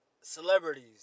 celebrities